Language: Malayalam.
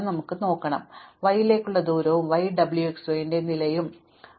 അതിനാൽ y ലേക്കുള്ള ദൂരവും wxy ന്റെ വിലയും കാണാൻ എളുപ്പമാണ്